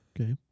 Okay